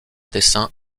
dessins